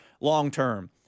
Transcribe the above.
long-term